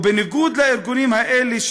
ובניגוד לארגונים האלה,